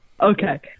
Okay